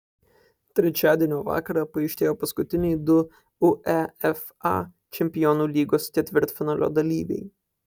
trečiadienio vakarą paaiškėjo paskutiniai du uefa čempionų lygos ketvirtfinalio dalyviai